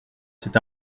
cet